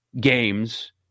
games